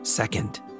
Second